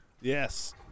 Yes